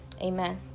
amen